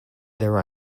their